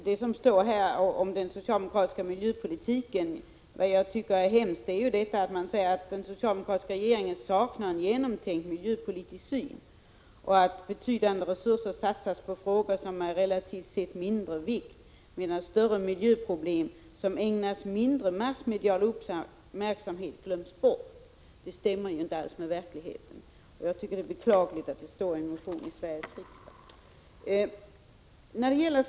Det som står om den socialdemokratiska miljöpolitiken och som jag tycker är hemskt är att man säger att den socialdemokratiska regeringen saknar en genomtänkt miljöpolitisk syn och att betydande resurser satsas på frågor som är relativt sett av mindre vikt, medan större miljöproblem som ägnas mindre massmedial uppmärksamhet glöms bort. Det stämmer inte alls med verkligheten. Jag tycker det är beklagligt att detta står i en motion till Sveriges riksdag.